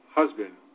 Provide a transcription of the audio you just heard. husband